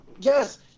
yes